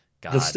God